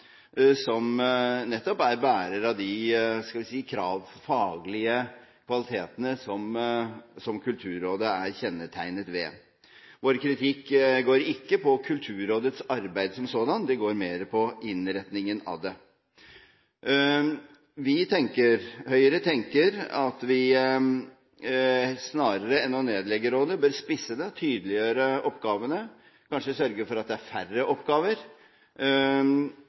som nettopp er bærer av de krav og faglige kvaliteter som Kulturrådet er kjennetegnet ved. Vår kritikk går ikke på Kulturrådets arbeid som sådant. Det går mer på innretningen av det. Vi i Høyre tenker at vi snarere enn å nedlegge rådet bør spisse det, tydeliggjøre oppgavene, kanskje sørge for at det er færre oppgaver,